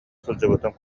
сылдьыбытым